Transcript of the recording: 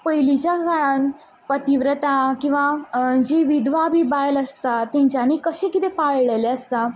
पयलींच्या काळान प्रतिव्रता किंवां जी विधवा बी बायल आसता तेंच्यांनी कशें कितें पाळलेलें आसता